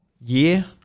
year